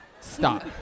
Stop